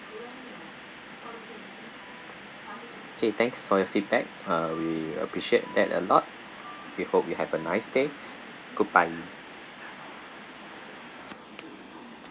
okay thanks for your feedback uh we appreciate that a lot we hope you have a nice day goodbye